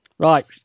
Right